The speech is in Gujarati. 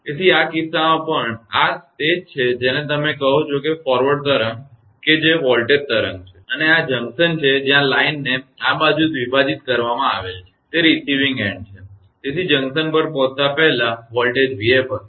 તેથી આ કિસ્સામાં પણ આ તે જ છે જેને તમે કહો છો કે ફોરવર્ડ તરંગ કે જે વોલ્ટેજ તરંગ છે અને આ જંક્શન છે જ્યાં લાઇનને આ બાજુ દ્વિભાજિત કરવામાં આવેલ છે તે રિસીવીંગ એન્ડ છે તેથી જંકશન પર પહોંચતા પહેલા વોલ્ટેજ 𝑣𝑓 હતો